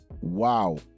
Wow